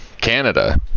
Canada